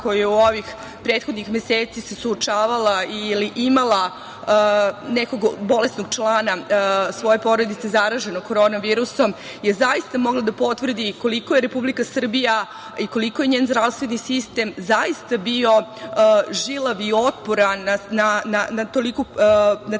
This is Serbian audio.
koja se prethodnim meseci suočavala ili imala nekog bolesnog člana svoje porodice zaraženog korona virusom je zaista mogla da potvrdi koliko je Republika Srbija i koliko je njen zdravstveni sistem zaista bio žilav i otporan na taj